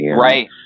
Right